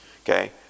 okay